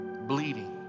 bleeding